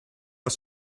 was